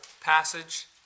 passage